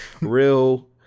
real